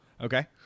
Okay